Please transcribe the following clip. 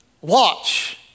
Watch